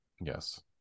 Yes